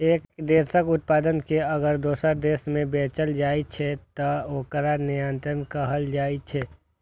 एक देशक उत्पाद कें अगर दोसर देश मे बेचल जाइ छै, तं ओकरा निर्यात कहल जाइ छै